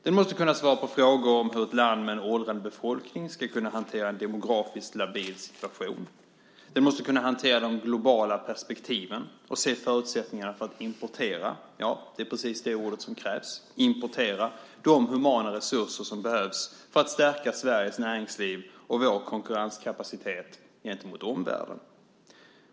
Den måste kunna svara på frågor om hur ett land med en åldrande befolkning ska kunna hantera en demografiskt labil situation. Den måste kunna hantera de globala perspektiven och se förutsättningarna för att importera - ja, det är precis det ordet som krävs - de humana resurser som behövs för att stärka Sveriges näringsliv och vår konkurrenskapacitet gentemot omvärlden.